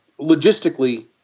logistically